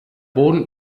boden